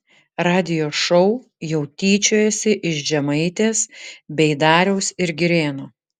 radijo šou jau tyčiojasi iš žemaitės bei dariaus ir girėno